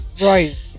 Right